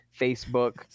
Facebook